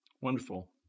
Wonderful